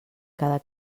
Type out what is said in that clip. cada